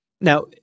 Now